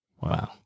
Wow